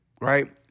right